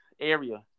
area